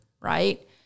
right